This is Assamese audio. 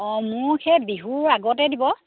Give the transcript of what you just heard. অঁ মোক সেই বিহুৰ আগতে দিব